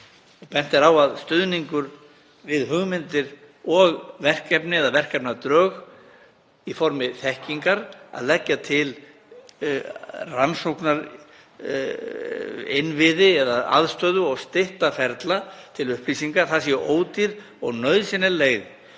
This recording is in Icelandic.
Bent er á að stuðningur við hugmyndir og verkefni eða verkefnadrög í formi þekkingar, að leggja til rannsóknarinnviði eða -aðstöðu og stytta ferla til upplýsinga sé ódýr og nauðsynleg leið